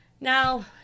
Now